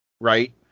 Right